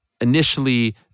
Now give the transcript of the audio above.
initially